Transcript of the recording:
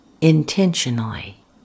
intentionally